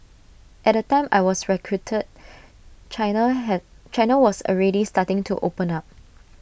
at the time I was recruited China had China was already starting to open up